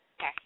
Okay